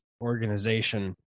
organization